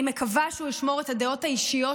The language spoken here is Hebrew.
אני מקווה שהוא ישמור את הדעות האישיות